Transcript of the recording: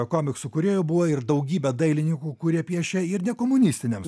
komiksų kūrėjų buvo ir daugybė dailininkų kurie piešia ir ne komunistiniams